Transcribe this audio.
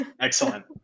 Excellent